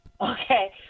okay